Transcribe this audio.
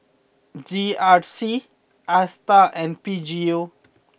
G R C Astar and P G U